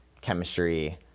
chemistry